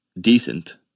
decent